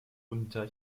unter